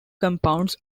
compounds